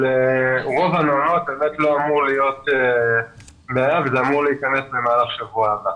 לרוב המעונות הכסף אמור להיכנס במהלך שבוע הבא.